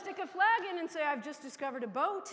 stick a flag in and say i've just discovered a boat